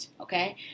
okay